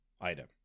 item